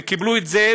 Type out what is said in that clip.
וקיבלו את זה,